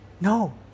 no